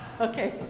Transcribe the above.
Okay